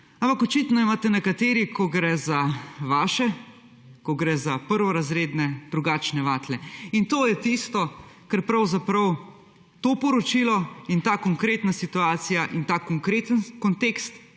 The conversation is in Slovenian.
ampak očitno imate nekateri, ko gre za vaše, ko gre za prvorazredne, drugačne vatle. In to je tisto, kar pravzaprav to poročilo in ta konkretna situacija in ta konkreten kontekst,